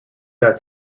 that